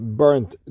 burnt